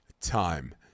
time